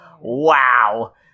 Wow